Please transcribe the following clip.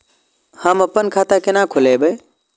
हम अपन खाता केना खोलैब?